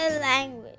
language